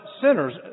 sinners